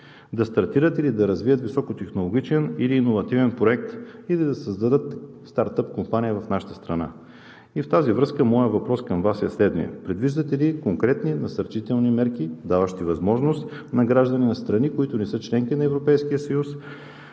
да стартират или да развият високотехнологичен или иновативен проект, или да създадат стартъп компания в нашата страна. В тази връзка моят въпрос към Вас е следният: предвиждате ли конкретни насърчителни мерки, даващи основание на граждани на страни, които не са членки на Европейския съюз,